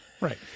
Right